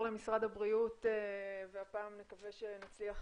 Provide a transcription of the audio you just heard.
למשרד הבריאות והפעם נקווה שנצליח